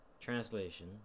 translation